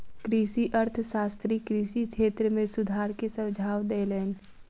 कृषि अर्थशास्त्री कृषि क्षेत्र में सुधार के सुझाव देलैन